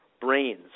Brains